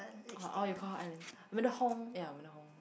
oh oh you call her madam Hong ya madam Hong